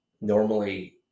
normally